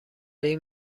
این